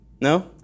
No